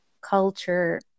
culture